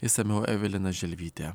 išsamiau evelina želvytė